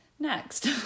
Next